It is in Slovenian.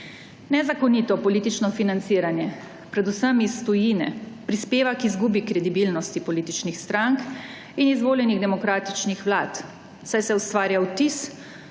Nezakonito politično financiranje, predvsem iz tujine, prispeva k izgubi kredibilnosti političnih strank in izvoljenih demokratičnih vlad, saj se ustvarja vtis,